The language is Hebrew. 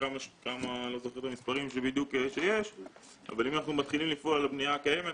אני לא זוכר את המספרים אבל אם אנחנו מתחילים לפעול בבנייה הקיימת,